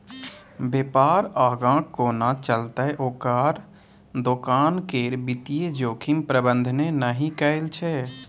बेपार आगाँ कोना चलतै ओकर दोकान केर वित्तीय जोखिम प्रबंधने नहि कएल छै